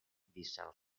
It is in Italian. vissero